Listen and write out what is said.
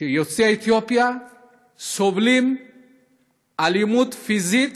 יוצאי אתיופיה סובלים מאלימות פיזית